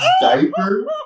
diaper